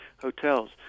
hotels